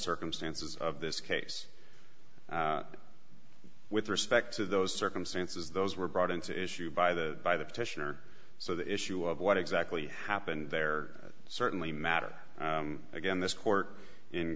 circumstances of this case with respect to those circumstances those were brought into issue by the by the petitioner so the issue of what exactly happened there certainly matter again this court in